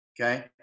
Okay